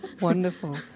Wonderful